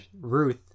Ruth